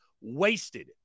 wasted